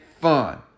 fun